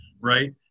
right